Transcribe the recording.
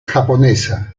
japonesa